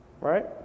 right